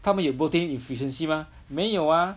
他们有 protein deficiency 吗没有啊